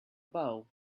bow